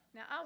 Now